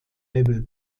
level